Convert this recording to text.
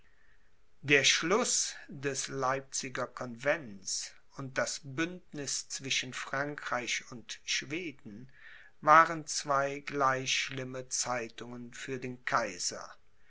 der schluß des leipziger convents und das bündniß zwischen frankreich und schweden waren zwei gleich schlimme zeitungen für den kaiser